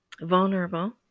Vulnerable